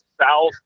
south